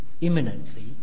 imminently